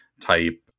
type